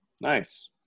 nice